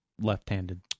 left-handed